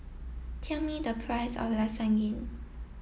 tell me the price of Lasagne